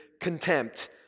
contempt